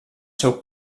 seu